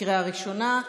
קריאה ראשונה.